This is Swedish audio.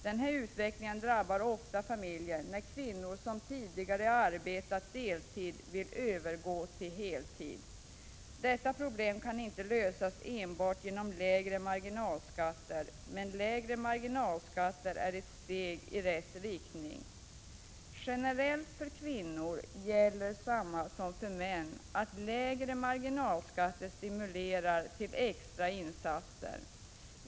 Denna utveckling drabbar ofta familjer när kvinnor som tidigare arbetat deltid vill övergå till heltid. Detta problem kan inte lösas enbart genom lägre marginalskatter, men lägre marginalskatter är ett steg i rätt riktning. Generellt för kvinnor gäller samma som för män, att lägre marginalskatter stimulerar till extra insatser.